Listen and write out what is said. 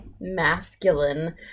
masculine